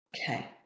Okay